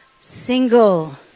single